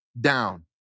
down